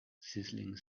sizzling